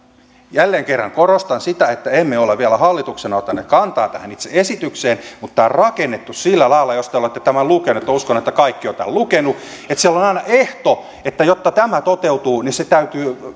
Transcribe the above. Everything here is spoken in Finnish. jälleen kerran korostan sitä että emme ole vielä hallituksena ottaneet kantaa tähän itse esitykseen mutta tämä on rakennettu sillä lailla jos te olette tämän lukeneet ja uskon että kaikki ovat tämän lukeneet että siellä on aina ehto että jotta tämä toteutuu niin